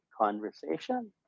conversation